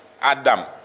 Adam